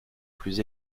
plus